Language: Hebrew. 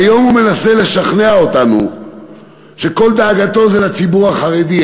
והיום הוא מנסה לשכנע אותנו שכל דאגתו היא לציבור החרדי,